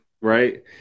right